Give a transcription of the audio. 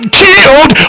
killed